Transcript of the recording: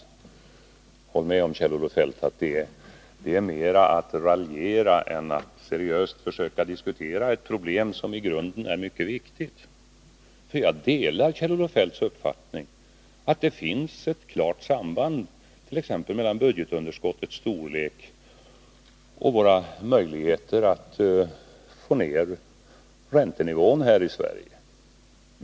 Håll med om, Kjell-Olof Feldt, att det är mer att raljera än att seriöst försöka diskutera ett problem som i grunden är mycket viktigt. Jag delar Kjell-Olof Feldts uppfattning att det finns ett klart samband mellan budgetunderskottets storlek och våra möjligheter att få ner räntenivån i Sverige.